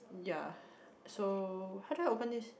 ya so how do I open this